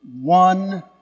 one